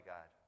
God